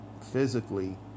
physically